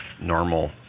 normal